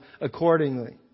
accordingly